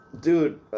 Dude